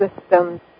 systems